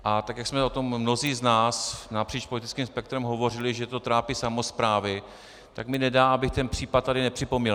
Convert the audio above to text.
A tak jak jsme o tom mnozí z nás napříč politickým spektrem hovořili, že to trápí samosprávy, tak mi nedá, abych ten případ tady nepřipomněl.